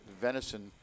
venison